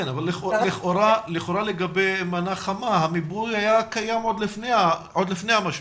לכאורה לגבי מנה חמה המיפוי היה קיים עוד לפני המשבר